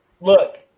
Look